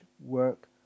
work